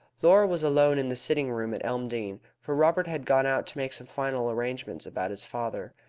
laura was alone in the sitting-room at elmdene, for robert had gone out to make some final arrangements about his father.